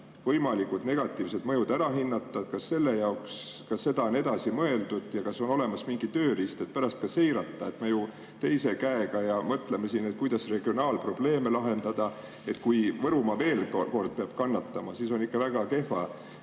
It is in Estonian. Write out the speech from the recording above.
võimalikud negatiivsed mõjud ära hinnata. Kas seda on edasi mõeldud ja kas on olemas mingi tööriist, et pärast ka seirata. Me ju teise käega [teeme] ja mõtleme, kuidas regionaalprobleeme lahendada. Kui Võrumaa veel kord peab kannatama, siis on ikka väga kehva,